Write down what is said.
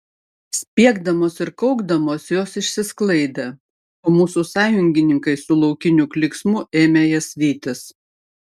spiegdamos ir kaukdamos jos išsisklaidė o mūsų sąjungininkai su laukiniu klyksmu ėmė jas vytis